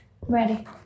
Ready